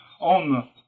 on